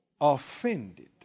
offended